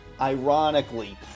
ironically